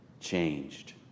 changed